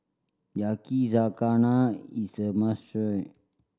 yakizakana is a must try